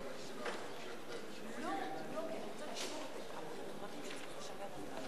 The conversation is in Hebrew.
כשרות המינוי ונציג היועץ המשפטי לממשלה,